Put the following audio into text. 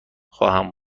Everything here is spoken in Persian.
خواهم